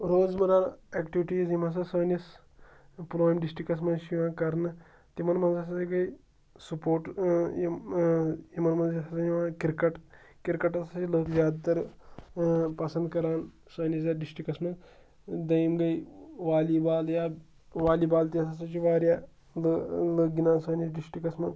روزمَرہ ایٚکٹِوِٹیٖز یِم ہَسا سٲنِس پُلوٲمۍ ڈِسٹرکَس منٛز چھِ یِوان کَرنہٕ تِمَن منٛز ہَسا گٔے سپوٹ یِم یِمَن منٛز یہِ ہَسا چھِ یِوان کِرکَٹ کِرکَٹ ہَسا چھِ لکھ زیادٕ تَر پَسنٛد کَران سٲنِس یَتھ ڈِسٹرکَس منٛز دٔیِم گٔے والی بال یا والی بال تہِ ہَسا چھِ واریاہ لٔہ لُکھ گِنٛدان سٲنِس ڈِسٹرکَس منٛز